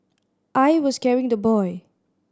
I was carrying the boy